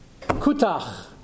kutach